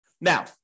Now